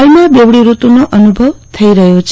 હાલમાં બેવડી ઋતુની અનુભવ થઇ રહ્યો છે